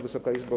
Wysoka Izbo!